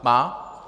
Má?